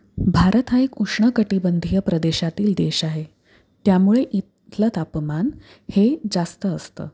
भारत हा एक उष्णकटिबंधीय प्रदेशातील देश आहे त्यामुळे इथलं तापमान हे जास्त असतं